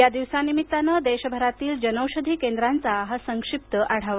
या दिवसानिमित्तानं देशभरातील जनौषधी केंद्रांचा हा संक्षिप्त आढावा